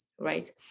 right